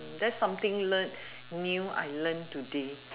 that's something learnt new I learnt today